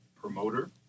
Promoter